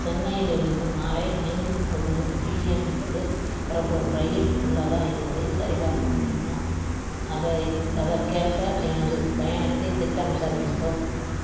சென்னையிலிருந்து மாலை ஐந்து முப்பது பிஎம்முக்கு புறப்படும் ரயில் உள்ளதா என்பதைச் சரிபார்க்க முடியுமா அத அதற்கேற்ப எனது பயணத்தைத் திட்டமிட வேண்டும்